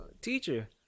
teacher